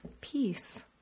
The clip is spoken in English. peace